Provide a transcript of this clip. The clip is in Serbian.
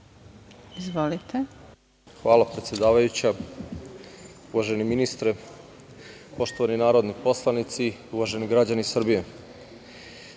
Ribać** Hvala predsedavajuća. Uvaženi ministre, poštovani narodni poslanici, uvaženi građani Srbije,